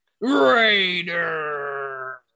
Raider